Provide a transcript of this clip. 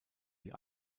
die